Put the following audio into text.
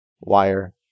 wire